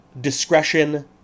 discretion